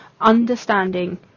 understanding